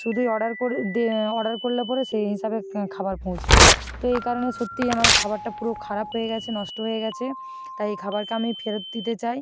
শুধুই অর্ডার করে অর্ডার করলে পরে সেই হিসাবে খাবার পৌঁছায় তো এই কারণে সত্যিই আমার খাবারটা পুরো খারাপ হয়ে গেছে নষ্ট হয়ে গেছে তাই এই খাবারকে আমি ফেরত দিতে চাই